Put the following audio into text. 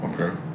Okay